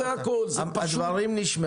הדברים נשמעו.